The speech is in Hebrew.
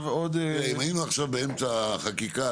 אם היינו עכשיו באמצע החקיקה,